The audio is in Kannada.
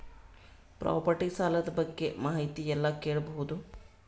ಪ್ರಾಪರ್ಟಿ ಸಾಲ ಬಗ್ಗೆ ಮಾಹಿತಿ ಎಲ್ಲ ಕೇಳಬಹುದು?